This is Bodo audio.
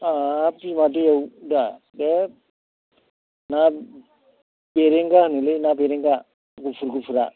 हाब बिमा दैआव दा बे ना बेरेंगा होनोलै ना बेरेंगा गुफुर गुफुरा